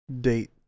date